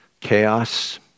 chaos